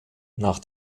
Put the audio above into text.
nach